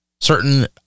Certain